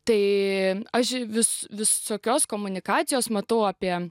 tai aš vis visokios komunikacijos matau apie